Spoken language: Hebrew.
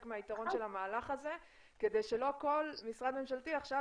מהיתרון של המהלך הזה כדי שלא כל משרד ממשלתי עכשיו